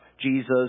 Jesus